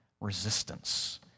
resistance